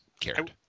cared